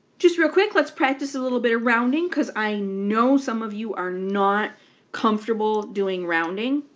just real quick, let's practice a little bit of rounding because i know some of you are not comfortable doing rounding.